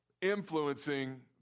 influencing